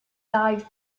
dive